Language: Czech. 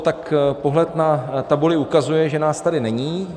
Tak pohled na tabuli ukazuje , že nás tady není